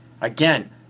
again